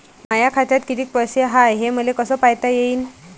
माया खात्यात कितीक पैसे बाकी हाय हे मले कस पायता येईन?